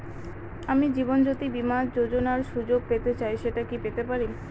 আমি জীবনয্যোতি বীমা যোযোনার সুযোগ পেতে চাই সেটা কি পেতে পারি?